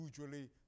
usually